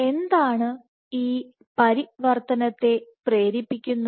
എന്താണ് ഈ പരിവർത്തനത്തെ പ്രേരിപ്പിക്കുന്നത്